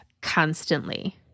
constantly